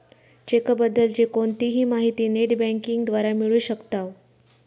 check बद्दल ची कोणतीही माहिती नेट बँकिंग द्वारा मिळू शकताव